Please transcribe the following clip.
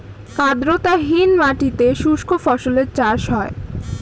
আর্দ্রতাহীন মাটিতে শুষ্ক ফসলের চাষ হয়